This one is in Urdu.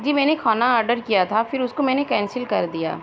جی میں نے کھانا آرڈر کیا تھا پھر اُس کو میں نے کینسل کردیا